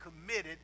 committed